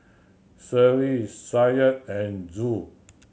Seri Syah and Zul